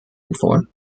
empfohlen